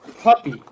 Puppy